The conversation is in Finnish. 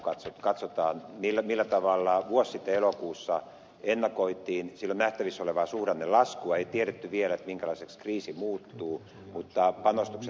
kun katsotaan millä tavalla vuosi sitten elokuussa ennakoitiin silloin nähtävissä olevaa suhdannelaskua ei tiedetty vielä minkälaiseksi kriisi muuttuu mutta panostukset olivat suuret